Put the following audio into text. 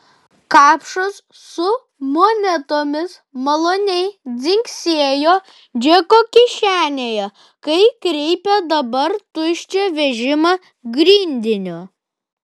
kapšas su monetomis maloniai dzingsėjo džeko kišenėje kai kreipė dabar tuščią vežimą grindiniu